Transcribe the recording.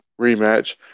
rematch